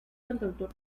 cantautor